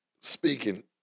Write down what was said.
Speaking